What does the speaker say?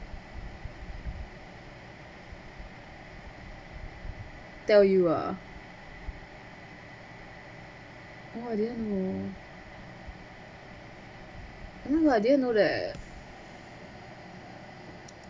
tell you ah oh I didn't know no no I didn't know that